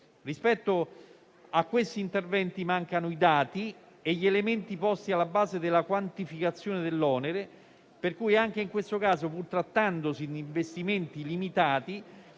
Rispetto a questi interventi mancano i dati e gli elementi posti alla base della quantificazione dell'onere; pertanto, anche in questo caso, pur trattandosi di investimenti limitati,